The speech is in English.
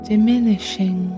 Diminishing